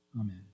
amen